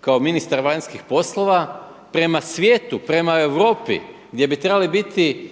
kao ministar vanjskih poslova prema svijetu, prema Europi, gdje bi trebali biti